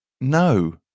No